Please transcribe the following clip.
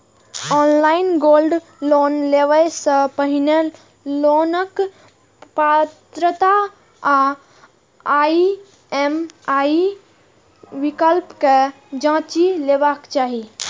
online gold loan लेबय सं पहिने लोनक पात्रता आ ई.एम.आई विकल्प कें जांचि लेबाक चाही